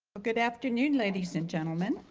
but good afternoon ladies and gentlemen,